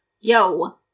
yo